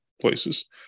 places